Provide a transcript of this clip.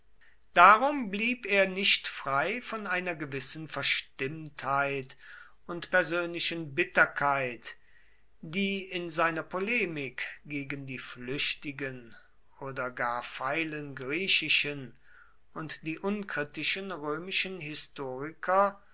darum blieb er nicht frei von einer gewissen verstimmtheit und persönlichen bitterkeit die in seiner polemik gegen die flüchtigen oder gar feilen griechischen und die unkritischen römischen historiker